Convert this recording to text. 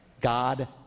God